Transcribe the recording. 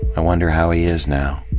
i wonder how he is now.